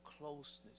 closeness